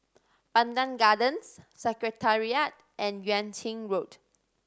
Pandan Gardens Secretariat and Yuan Ching Road